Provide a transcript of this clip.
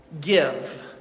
give